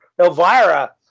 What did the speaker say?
Elvira